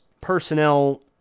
personnel